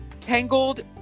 Tangled